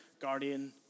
guardian